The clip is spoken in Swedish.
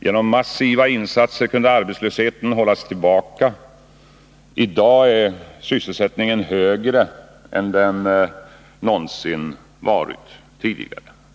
Genom massiva insatser kunde arbetslösheten hållas tillbaka. I dag är sysselsättningen högre än den någonsin varit tidigare.